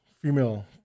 female